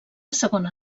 segona